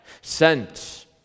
sent